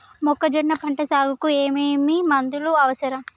మొక్కజొన్న పంట సాగుకు ఏమేమి మందులు అవసరం?